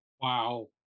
wow